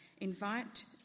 Invite